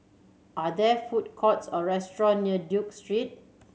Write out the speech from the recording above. are there food courts or restaurant near Duke Street